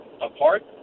apart